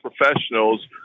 professionals